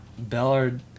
Bellard